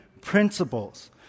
principles